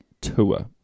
tour